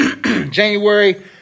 January